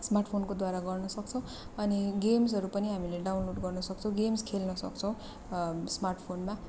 smart फोनकोद्वारा गर्न सक्छौँ अनि गेम्सहरू पनि हामीले डाउनलोड गर्न सक्छौँ गेम्स खेल्न सक्छौँ स्मार्ट फोनमा